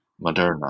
Moderna